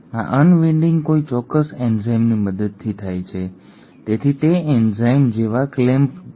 અને આ અનવિન્ડિંગ કોઈ ચોક્કસ એન્ઝાઇમની મદદથી થાય છે તેથી તે એન્ઝાઇમ જેવા ક્લેમ્પ જેવું છે